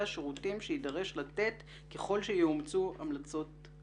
השירותים שיידרש לתת ככל שיאומצו ההמלצות.